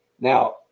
now